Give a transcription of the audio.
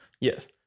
Yes